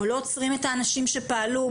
או לא עוצרים את האנשים שפעלו,